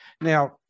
Now